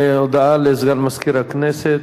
הודעה לסגן מזכיר הכנסת.